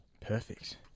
Perfect